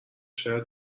شاید